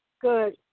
Good